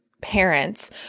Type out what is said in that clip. parents